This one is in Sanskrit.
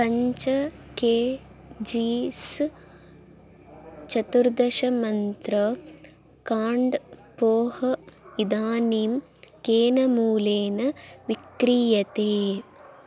पञ्च के जीस् चतुर्दशमन्त्रः काण्ड् पोह इदानीं केन मूल्येन विक्रीयते